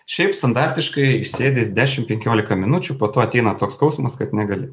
šiaip standartiškai išsėdi dešimt penkiolika minučių po to ateina toks skausmas kad negali